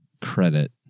credit